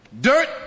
Dirt